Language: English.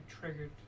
triggered